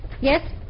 Yes